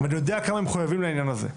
ואני יודע כמה הם מחויבים לעניין הזה,